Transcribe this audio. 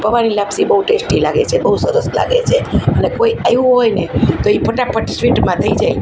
પોંઆની લાપસી બહુ ટેસ્ટી લાગે છે બહુ સરસ લાગે છે અને કોઈ આવ્યું હોય ને તો એ ફટાફટ સ્વીટમાં થઈ જાય